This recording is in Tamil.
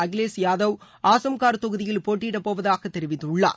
அகிலேஷ் யாதவ் ஆசம்கர் தொகுதியில் போட்டியிடப்போவதாக தெரிவித்துள்ளார்